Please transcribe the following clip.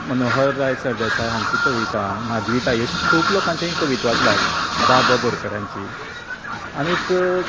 मनोहर राय सरदेसाय हांची कविता माधवी ताई अशें खूब लोकांचे कविता वाचलां बा भ बोरकाराची आनीक